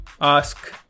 ask